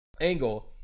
Angle